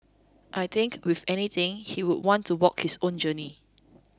I think if anything he would want to walk his own journey